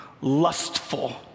lustful